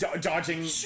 dodging